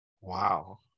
Wow